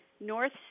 North